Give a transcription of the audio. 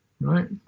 right